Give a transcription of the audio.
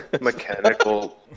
Mechanical